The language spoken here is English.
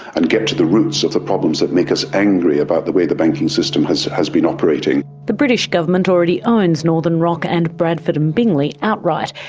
and get to the roots of the problems that make us angry about the way the banking system has has been operating. the british government already owns northern rock and bradford and bingley outright.